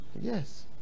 Yes